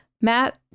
Matt